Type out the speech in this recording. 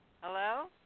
Hello